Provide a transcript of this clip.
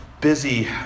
busy